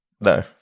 No